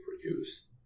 produce